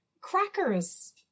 crackers